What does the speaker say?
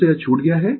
मुझसे यह छूट गया है